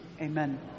Amen